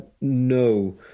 No